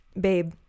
babe